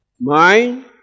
Mind